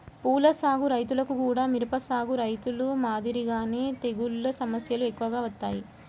పూల సాగు రైతులకు గూడా మిరప సాగు రైతులు మాదిరిగానే తెగుల్ల సమస్యలు ఎక్కువగా వత్తాయి